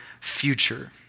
future